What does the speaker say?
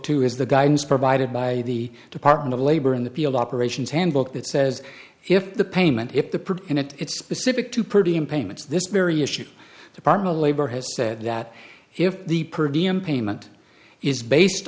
the guidance provided by the department of labor in the field operations handbook that says if the payment if the part in it it's specific to pretty in payments this very issue department of labor has said that if the perdiem payment is based